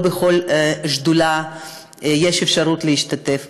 לא בכל שדולה יש אפשרות להשתתף.